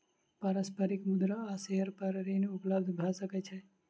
पारस्परिक मुद्रा आ शेयर पर ऋण उपलब्ध भ सकै छै